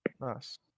nice